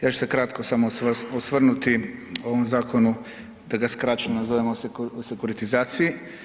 Ja ću se kratko samo osvrnuti o ovom zakonu, te ga skraćeno zovemo sekuritizaciji.